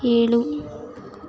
ಏಳು